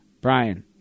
Brian